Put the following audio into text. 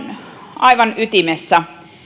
aivan ytimessä